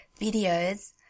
videos